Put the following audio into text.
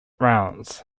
rounds